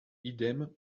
idem